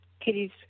Kitty's